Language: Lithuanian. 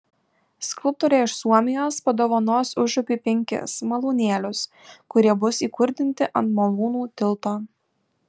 skulptorė iš suomijos padovanos užupiui penkis malūnėlius kurie bus įkurdinti ant malūnų tilto